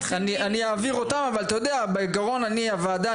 אבל אתה יודע בעקרון אני הוועדה.